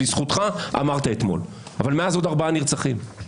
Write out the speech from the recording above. לזכותך, אמרת אתמול אבל מאז עוד ארבעה נרצחו.